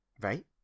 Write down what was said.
right